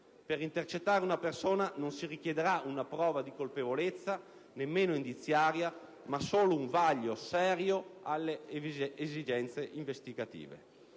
Per intercettare una persona non si richiederà una prova di colpevolezza, nemmeno indiziaria, ma solo un vaglio serio delle esigenze investigative.